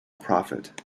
profit